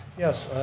yes.